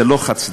זה לא חד-צדדי.